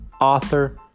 author